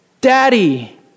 Daddy